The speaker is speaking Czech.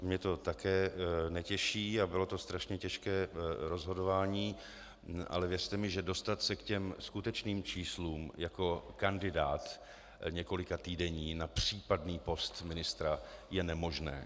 Mě to také netěší a bylo to strašně těžké rozhodování, ale věřte mi, že dostat se k těm skutečným číslům jako kandidát několikatýdenní na případný post ministra je nemožné.